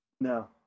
No